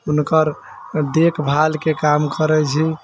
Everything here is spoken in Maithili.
हुनकर देखभालके काम करै छी